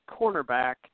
cornerback